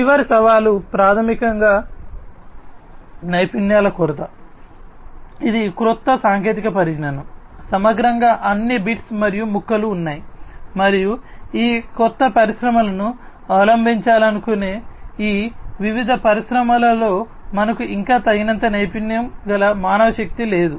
చివరి సవాలు ప్రాథమికంగా నైపుణ్యాల కొరత ఇది క్రొత్త సాంకేతిక పరిజ్ఞానం సమగ్రంగా అన్ని బిట్స్ మరియు ముక్కలు ఉన్నాయి మరియు ఈ కొత్త పరిశ్రమలను అవలంబించాలనుకునే ఈ వివిధ పరిశ్రమలలో మనకు ఇంకా తగినంత నైపుణ్యం గల మానవశక్తి లేదు